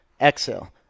exhale